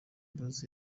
boyz